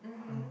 mmhmm